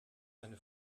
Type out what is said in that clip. eine